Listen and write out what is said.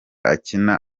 akina